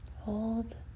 Hold